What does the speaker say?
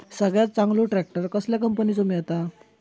सगळ्यात चांगलो ट्रॅक्टर कसल्या कंपनीचो मिळता?